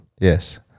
Yes